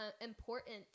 important